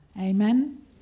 Amen